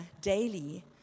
daily